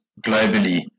globally